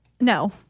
No